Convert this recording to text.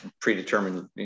predetermined